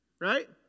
right